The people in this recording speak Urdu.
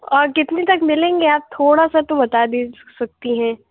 اور کتنے تک ملیں گے آپ تھوڑا سا تو بتا دے سکتی ہیں